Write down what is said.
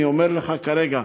אני אומר לך כרגע,